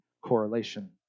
correlation